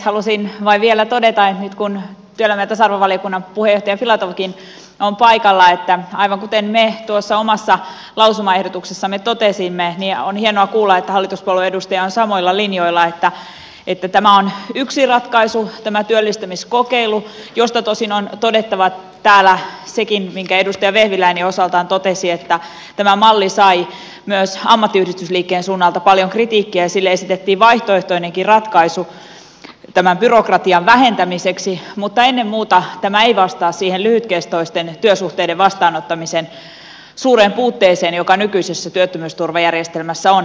halusin vain vielä todeta nyt kun työelämä ja tasa arvovaliokunnan puheenjohtaja filatovkin on paikalla että aivan kuten me tuossa omassa lausumaehdotuksessamme totesimme on hienoa kuulla että hallituspuolueen edustaja on samoilla linjoilla että tämä työllistämiskokeilu on yksi ratkaisu josta tosin on todettava täällä sekin minkä edustaja vehviläinen osaltaan totesi että tämä malli sai myös ammattiyhdistysliikkeen suunnalta paljon kritiikkiä ja sille esitettiin vaihtoehtoinenkin ratkaisu tämän byrokratian vähentämiseksi mutta ennen muuta tämä ei vastaa siihen lyhytkestoisten työsuhteiden vastaanottamisen suureen puutteeseen joka nykyisessä työttömyysturvajärjestelmässä on